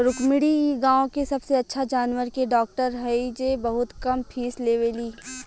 रुक्मिणी इ गाँव के सबसे अच्छा जानवर के डॉक्टर हई जे बहुत कम फीस लेवेली